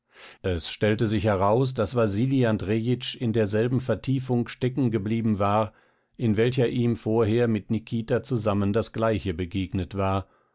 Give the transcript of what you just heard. es stellte sich heraus daß wasili andrejitsch in derselben vertiefung stecken geblieben war in welcher ihm vorher mit nikita zusammen das gleiche begegnet war